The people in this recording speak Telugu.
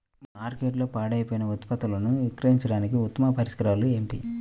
మార్కెట్లో పాడైపోయే ఉత్పత్తులను విక్రయించడానికి ఉత్తమ పరిష్కారాలు ఏమిటి?